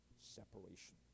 separation